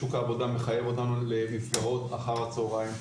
שוק העבודה מחייב אותנו למסגרות אחר הצהריים,